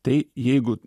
tai jeigu